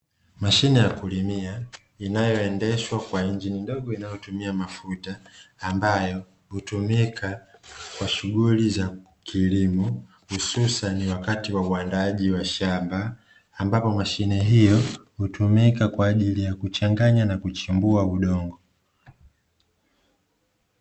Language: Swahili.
Mashine ya kulimia inayoendeshwa kwa injini ndogo inayotumia mafuta, ambayo hutumika kwa shughuli za kilimo hususani wakati wa uandaaji wa shamba, ambapo mashine hiyo hutumika kwa ajili ya kuchanganya na kuchimbua udongo.